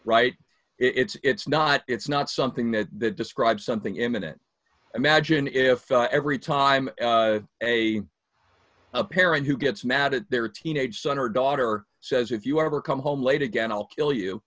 right it's not it's not something that describes something imminent imagine if every time a parent who gets mad at their teenage son or daughter says if you ever come home late again i'll kill you